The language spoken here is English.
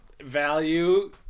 value